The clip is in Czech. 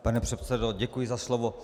Pane předsedo, děkuji za slovo.